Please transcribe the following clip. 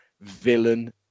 villain